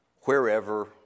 wherever